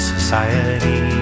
Society